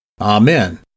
Amen